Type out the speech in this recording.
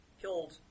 killed